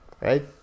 right